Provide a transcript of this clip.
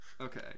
Okay